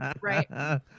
right